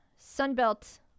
Sunbelt